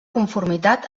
conformitat